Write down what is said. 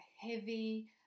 heavy